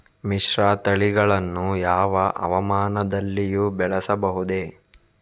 ಮಿಶ್ರತಳಿಗಳನ್ನು ಯಾವ ಹವಾಮಾನದಲ್ಲಿಯೂ ಬೆಳೆಸಬಹುದೇ?